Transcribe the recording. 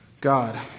God